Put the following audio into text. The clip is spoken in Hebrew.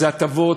הטבות,